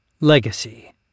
Legacy